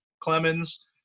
Clemens